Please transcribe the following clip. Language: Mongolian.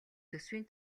төсвийн